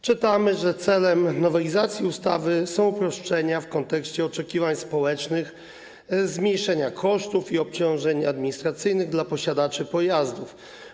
Czytamy, że celem nowelizacji ustawy są uproszczenia w kontekście oczekiwań społecznych, jeśli chodzi o zmniejszenie kosztów i obciążeń administracyjnych dla posiadaczy pojazdów.